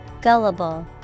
Gullible